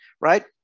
Right